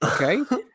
Okay